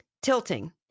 Tilting